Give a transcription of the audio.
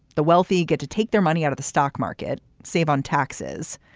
the wealthy get to take their money out of the stock market, save on taxes,